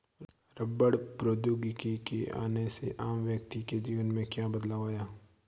रबड़ प्रौद्योगिकी के आने से आम व्यक्ति के जीवन में क्या बदलाव आया?